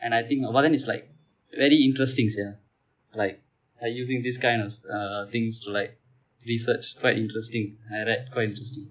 and I think but then is like very interesting sia like like using this kind of uh things to like research quite interesting I read quite interesting